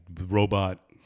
robot